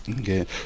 Okay